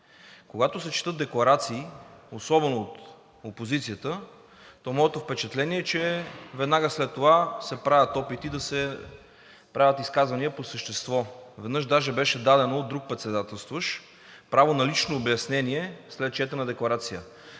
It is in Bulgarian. Когато се четат декларации, особено от опозицията, то моето впечатление е, че веднага след това се правят опити да се правят изказвания по същество. Веднъж даже беше дадено от друг председателстващ право на лично обяснение след четена декларация.